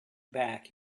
back